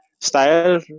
style